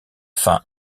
fin